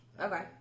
Okay